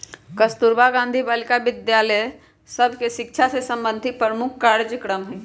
कस्तूरबा गांधी बालिका विद्यालय बालिका सभ के शिक्षा से संबंधित प्रमुख कार्जक्रम हइ